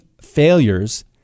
failures